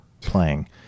playing